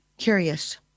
curious